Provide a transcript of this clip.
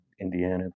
Indiana